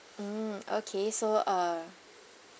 mm okay so uh